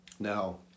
Now